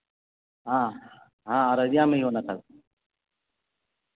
ہاں ہاں ارضیہ میں ہی ہونا تھا